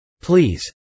please